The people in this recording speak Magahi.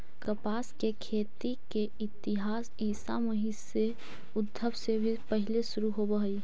कपास के खेती के इतिहास ईसा मसीह के उद्भव से भी पहिले शुरू होवऽ हई